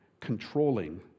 controlling